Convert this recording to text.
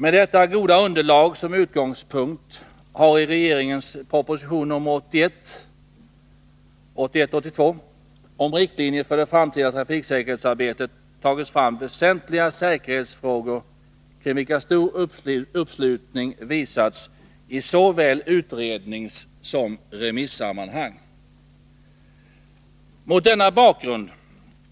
Med detta goda underlag som utgångspunkt har i regeringens proposition 1981/82:81 om riktlinjer för det framtida trafiksäkerhetsarbetet tagits fram väsentliga säkerhetsfrågor kring vilka stor uppslutning visats i såväl utredningssom remissammanhang. Mot denna bakgrund